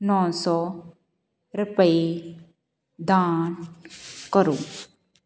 ਨੌਂ ਸੌ ਰੁਪਏ ਦਾਨ ਕਰੋ